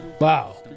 Wow